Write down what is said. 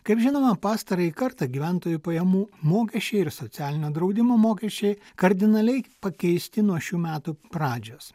kaip žinoma pastarąjį kartą gyventojų pajamų mokesčiai ir socialinio draudimo mokesčiai kardinaliai pakeisti nuo šių metų pradžios